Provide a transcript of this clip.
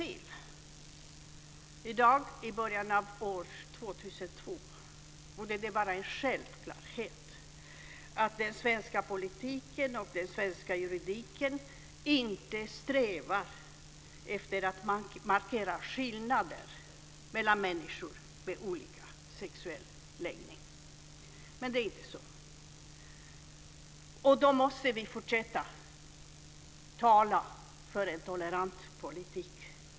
I dag i början av år 2002 borde det vara en självklarhet att den svenska politiken och den svenska juridiken inte strävar efter att markera skillnader mellan människor med olika sexuell läggning. Men det är inte så. Då måste vi fortsätta att tala för en tolerant politik.